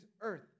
earth